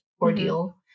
ordeal